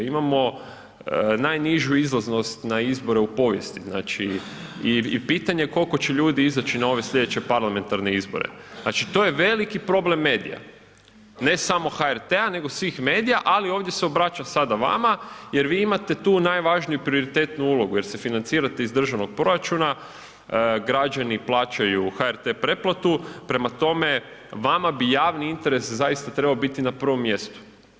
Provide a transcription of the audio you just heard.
Imamo najnižu izlaznost na izbore u povijesti znači i pitanje koliko će ljudi izaći na ove sljedeće parlamentarne izbore, znači to je veliki problem medija, ne samo HRT-a, nego svih medija, ali ovdje se obraćam sada vama jer vi imate tu najvažniju prioritetnu ulogu jer se financirate iz državnog proračuna, građani plaćaju HRT pretplatu, prema tome vama bi javni interes zaista trebao biti na prvom mjestu.